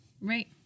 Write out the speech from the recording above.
Right